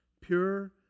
pure